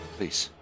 Please